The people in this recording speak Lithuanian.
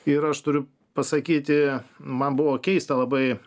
ir aš turiu pasakyti man buvo keista labai